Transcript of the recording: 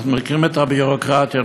אנחנו מכירים את הביורוקרטיה.